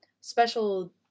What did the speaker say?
special